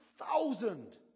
thousand